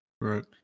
Right